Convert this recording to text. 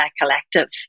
collective